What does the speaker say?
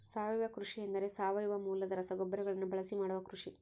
ಸಾವಯವ ಕೃಷಿ ಎಂದರೆ ಸಾವಯವ ಮೂಲದ ರಸಗೊಬ್ಬರಗಳನ್ನು ಬಳಸಿ ಮಾಡುವ ಕೃಷಿ